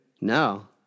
No